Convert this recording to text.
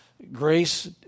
Grace